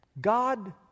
God